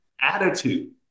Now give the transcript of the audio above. attitude